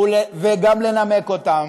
וגם לנמק אותן.